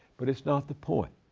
but it's not the point.